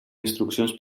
instruccions